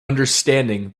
understanding